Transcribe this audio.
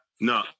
No